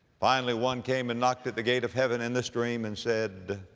finally one came and knocked at the gate of heaven in this dream and said,